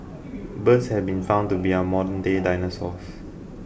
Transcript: birds have been found to be our modernday dinosaurs